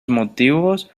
motivos